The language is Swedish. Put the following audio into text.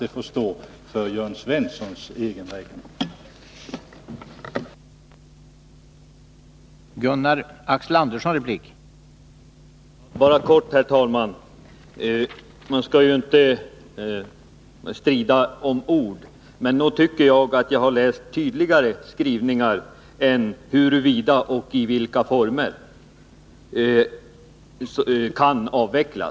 Det får stå för Jörn Svenssons egen räkning.